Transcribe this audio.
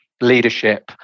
leadership